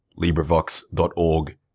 LibriVox.org